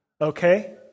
Okay